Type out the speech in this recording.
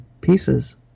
pieces